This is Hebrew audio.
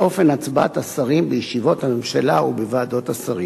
אופן הצבעת השרים בישיבות הממשלה ובוועדות השרים.